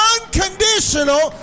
Unconditional